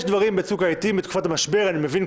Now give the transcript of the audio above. יש דברים בצוק העתים בתקופת המשבר אני מבין,